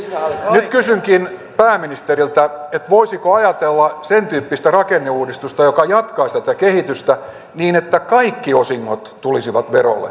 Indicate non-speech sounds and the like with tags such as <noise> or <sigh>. nyt kysynkin pääministeriltä voisiko ajatella sen tyyppistä rakenneuudistusta joka jatkaisi tätä kehitystä niin että kaikki osingot tulisivat verolle <unintelligible>